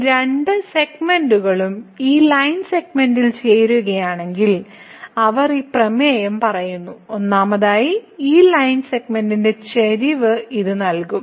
ഈ രണ്ട് സെഗ്മെന്റുകളും ഈ ലൈൻ സെഗ്മെന്റിൽ ചേരുകയാണെങ്കിൽ അവർ ഈ പ്രമേയം പറയുന്നു ഒന്നാമതായി ഈ ലൈൻ സെഗ്മെന്റിന്റെ ചരിവ് ഇത് നൽകും